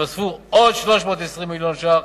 יתווספו עוד 320 מיליון ש"ח